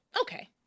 Okay